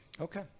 Okay